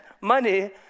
money